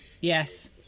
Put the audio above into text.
Yes